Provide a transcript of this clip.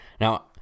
Now